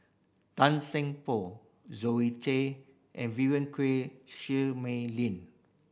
Tan Seng Poh Zoe Tay and Mei Lin